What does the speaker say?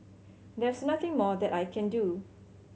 there's nothing more that I can do